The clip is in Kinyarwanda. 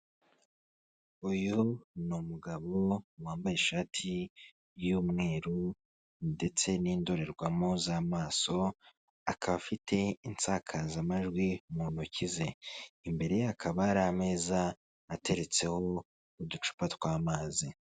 Uyu ni umugabo wambaye ishati y'umweru ndetse n'indorerwamo z'amaso akaba afite insakazamajwi mu ntoki ze imbereye hakaba hari ameza ateretseho uducupa tw'amazi.